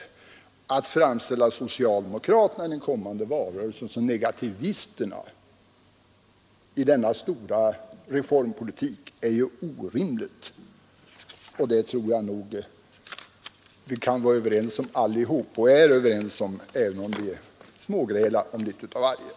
Men att i den kommande valrörelsen framställa socialdemokraterna som negativister i denna stora reformpolitik är ju orimligt. Det tror jag också att vi alla är överens om, även om vi smågrälar om litet av varje.